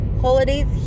Holidays